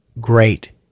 great